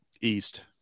east